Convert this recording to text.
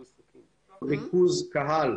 עם ריכוז קהל,